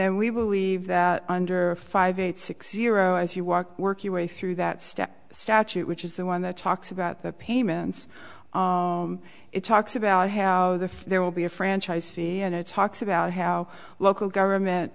and we believe under five eight six zero as you walk work your way through that step statute which is the one that talks about the payments it talks about how there will be a franchise fee and it talks about how local government